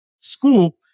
school